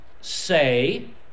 say